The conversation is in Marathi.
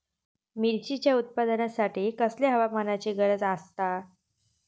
मिरचीच्या उत्पादनासाठी कसल्या हवामानाची गरज आसता?